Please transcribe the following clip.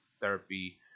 therapy